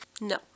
No